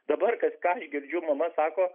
dabar kas ką aš girdžiu mama sako